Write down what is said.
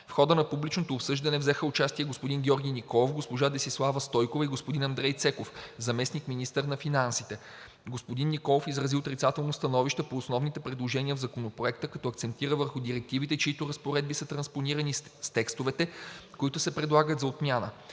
В хода на публичното обсъждане взеха участие господин Георги Николов, госпожа Десислава Стойкова и господин Андрей Цеков – заместник-министър на финансите. Господин Николов изрази отрицателно становище по основните предложения в Законопроекта, като акцентира върху директивите, чиито разпоредби са транспонирани с текстовете, които се предлагат за отмяна.